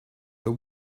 the